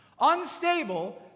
unstable